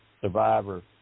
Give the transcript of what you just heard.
Survivor